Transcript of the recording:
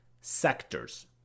sectors